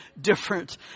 different